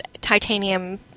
titanium